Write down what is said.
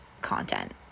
content